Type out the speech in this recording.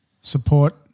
Support